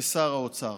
כשר האוצר.